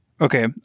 Okay